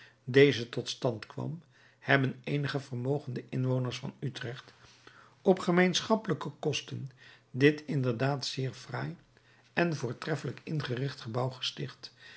deze tot stand kwam hebben eenige vermogende inwoners van utrecht op gemeenschappelijke kosten dit inderdaad zeer fraai en voortreflijk ingericht gebouw gesticht